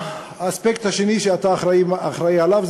האספקט השני שאתה אחראי לו,